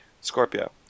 Scorpio